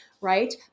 Right